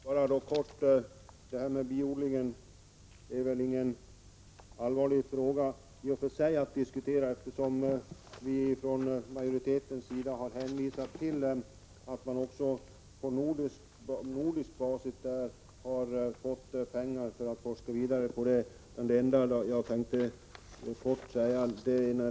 Fru talman! Jag skall fatta mig kort. Frågan om biodling kräver ingen ingående diskussion, eftersom vi från majoritetens sida har hänvisat till att det på nordisk basis delas ut pengar för vidare forskning på det området.